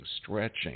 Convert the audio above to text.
stretching